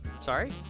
Sorry